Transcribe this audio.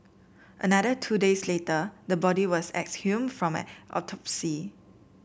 another two days later the body was exhumed from a autopsy